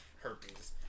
herpes